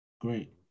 great